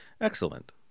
Excellent